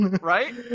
Right